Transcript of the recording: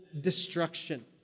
destruction